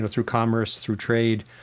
ah through commerce, through trade,